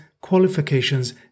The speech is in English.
qualifications